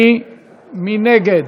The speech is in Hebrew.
מי נגד?